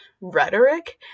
rhetoric